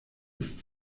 ist